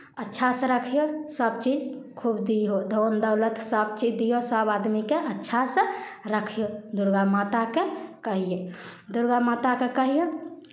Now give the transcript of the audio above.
अच्छासँ रखियौ सभचीज खूब दियौ धन दौलत सभचीज दियौ सभ आदमीकेँ अच्छासँ रखियौ दुर्गामाताकेँ कहियै दुर्गामाताकेँ कहियौन